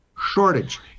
shortage